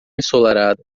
ensolarado